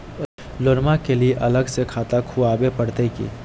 लोनमा के लिए अलग से खाता खुवाबे प्रतय की?